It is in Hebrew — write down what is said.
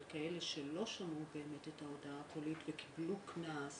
כאלה שלא שמעו באמת את ההודעה וקיבלו קנס,